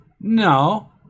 No